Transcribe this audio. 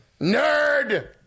Nerd